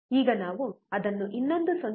ಈಗ ನಾವು ಅದನ್ನು ಇನ್ನೊಂದು 0